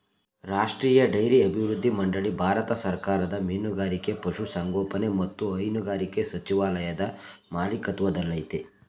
ರಾಷ್ಟ್ರೀಯ ಡೈರಿ ಅಭಿವೃದ್ಧಿ ಮಂಡಳಿ ಭಾರತ ಸರ್ಕಾರದ ಮೀನುಗಾರಿಕೆ ಪಶುಸಂಗೋಪನೆ ಮತ್ತು ಹೈನುಗಾರಿಕೆ ಸಚಿವಾಲಯದ ಮಾಲಿಕತ್ವದಲ್ಲಯ್ತೆ